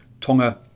Tonga